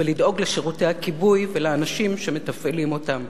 ולדאוג לשירותי הכיבוי ולאנשים שמתפעלים אותם,